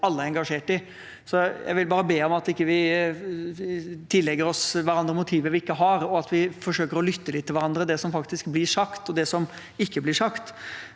alle er engasjert i. Jeg vil bare be om at vi ikke tillegger hverandre motiver vi ikke har, og at vi forsøker å lytte litt til hverandre – det som faktisk blir sagt, og det som ikke blir sagt.